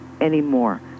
anymore